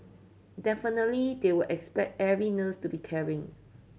definitely they will expect every nurse to be caring